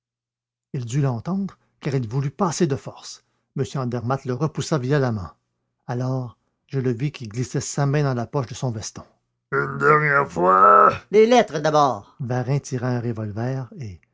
il dut l'entendre car il voulut passer de force m andermatt le repoussa violemment alors je le vis qui glissait sa main dans la poche de son veston une dernière fois les lettres d'abord varin tira un revolver et